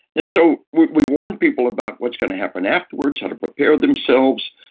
and so we warn people about what's gonna happen afterwards, how to prepare themselves,